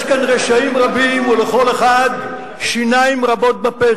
יש כאן רשעים רבים, ולכל אחד שיניים רבות בפה.